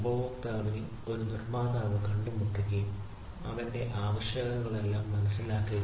ഉപഭോക്താവിനെ ഒരു നിർമ്മാതാവ് കണ്ടുമുട്ടുകയും അവന്റെ ആവശ്യകതകൾ എല്ലാം മനസ്സിലാക്കുന്നു